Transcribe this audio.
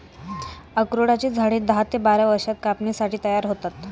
अक्रोडाची झाडे दहा ते बारा वर्षांत कापणीसाठी तयार होतात